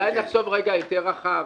אולי נחשוב יותר רחב.